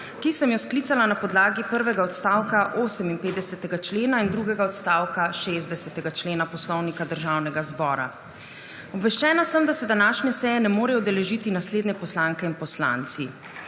ki sem jo sklicala na podlagi prvega odstavka 58. člena in drugega odstavka 60. člena Poslovnika Državnega zbora. Obveščena sem, da se današnje seje ne morejo udeležiti naslednje poslanke in poslanci: